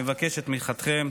מבקש את תמיכתכם.